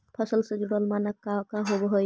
फसल से जुड़ल मानक का का होव हइ?